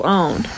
own